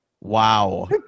Wow